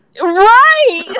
Right